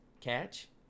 catch